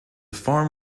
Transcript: farm